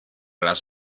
las